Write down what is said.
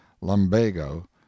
lumbago